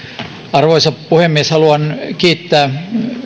arvoisa puhemies haluan kiittää